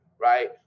Right